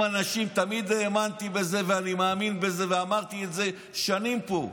תמיד האמנתי בזה ואני מאמין בזה ואמרתי את זה שנים פה: